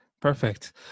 perfect